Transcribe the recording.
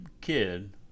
kid